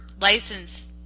license